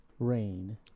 rain